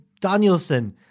Danielson